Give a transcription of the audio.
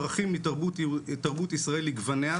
ערכים מתרבות ישראל לגווניה,